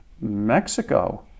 Mexico